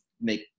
make